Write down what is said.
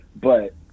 But-